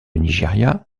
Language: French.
nigeria